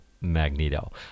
Magneto